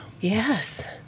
Yes